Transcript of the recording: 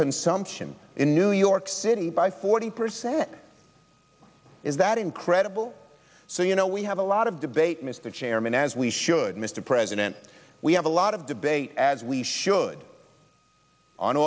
consumption in new york city by forty percent is that incredible so you know we have a lot of debate mr chairman as we should mr president we have a lot of debate as we should on